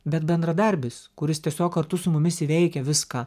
bet bendradarbis kuris tiesiog kartu su mumis įveikia viską